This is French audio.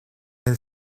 elle